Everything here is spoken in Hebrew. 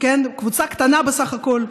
קבוצה קטנה בסך הכול,